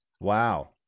Wow